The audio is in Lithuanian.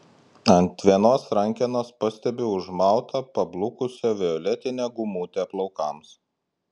ant vienos rankenos pastebiu užmautą pablukusią violetinę gumutę plaukams